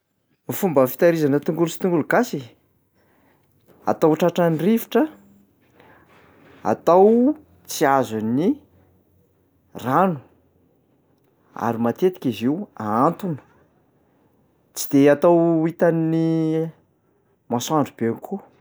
Fomba fitahirizana tongolo sy tongolo gasy? Atao tratran'ny rivotra, atao tsy azon'ny rano ary matetika izy io ahantona, tsy de atao hitan'ny masoandro be ko.